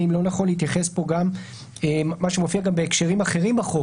האם לא נכון להתייחס גם למה שמופיע גם בהקשרים אחרים בחוק